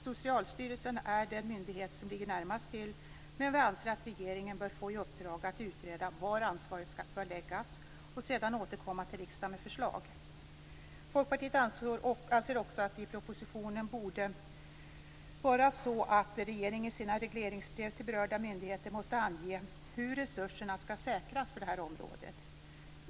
Socialstyrelsen är den myndighet som ligger närmast till, men vi anser att regeringen bör få i uppdrag att utreda var ansvaret bör läggas och sedan återkomma till riksdagen med förslag. Folkpartiet anser också att regeringen i sina regleringsbrev till berörda myndigheter borde ange hur resurserna skall säkras för det här området.